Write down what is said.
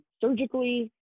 surgically